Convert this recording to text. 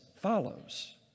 follows